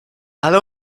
ale